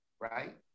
right